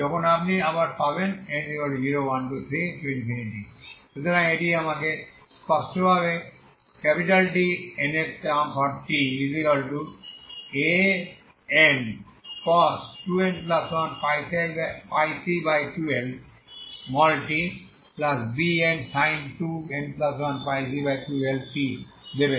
যখন আপনি আবার পাবেন n 0123 সুতরাং এটি আমাকে স্পষ্টভাবে TntAncos 2n1πc2L tBnsin 2n1πc2L t দেবে